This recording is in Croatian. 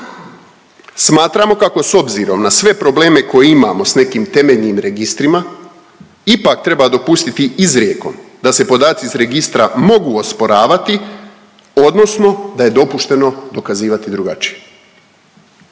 Smatramo kako s obzirom na sve probleme koje imamo s nekim temeljnim registrima ipak treba dopustiti izrijekom da se podaci iz registra mogu osporavati odnosno da je dopušteno dokazivati drugačije.